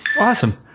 Awesome